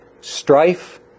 strife